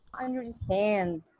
understand